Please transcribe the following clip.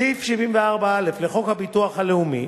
סעיף 74א לחוק הביטוח הלאומי